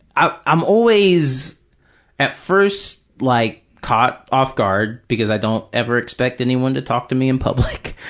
i'm i'm always at first like caught off guard, because i don't ever expect anyone to talk to me in public.